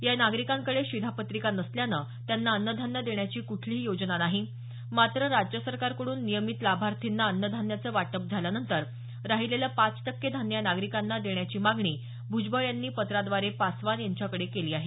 या नागरिकांकडे शिधापत्रिका नसल्यानं त्यांना अन्नधान्य देण्याची कुठलीही योजना नाही मात्र राज्य सरकारकडून नियमित लाभार्थींना अन्नधान्याचं वाटप झाल्यानंतर राहिलेलं पाच टक्के धान्य या नागरिकांना देण्याची मागणी भुजबळ यांनी पत्राद्वारे पासवान यांच्याकडे केली आहे